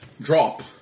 drop